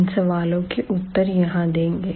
इन सवालों के उत्तर यहां देंगे